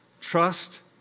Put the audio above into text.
trust